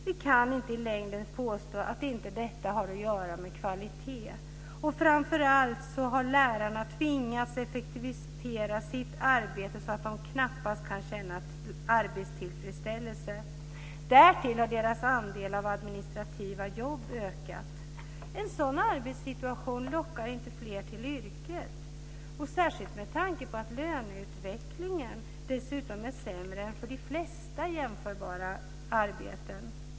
Vi kan i längden inte påstå att detta inte har att göra med kvalitet. Och framför allt har lärarna tvingats effektivisera sitt arbete så att de knappast kan känna arbetstillfredsställelse. Därtill har deras andel av administrativt jobb ökat. En sådan arbetssituation lockar inte fler till yrket, särskilt med tanke på att löneutvecklingen dessutom är sämre än för de flesta jämförbara arbeten.